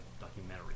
documentary